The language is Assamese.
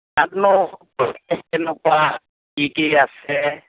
তাত নো পৰিৱেশ কেনেকুৱা কি কি আছে